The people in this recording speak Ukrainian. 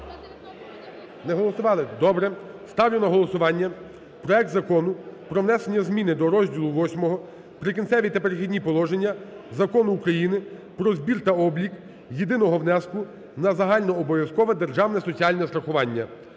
Не голосували? Добре. Ставлю на голосування проект Закону про внесення зміни до розділу VІІI "Прикінцеві та перехідні положення" Закону України "Про збір та облік єдиного внеску на загальнообов'язкове державне соціальне страхування"